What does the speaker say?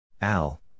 Al